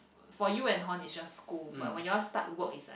for you and Horn is just school but when you all start work is